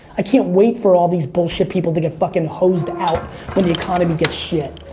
i can't wait for all these bullshit people to get fuckin' hosed out when the economy gets shit.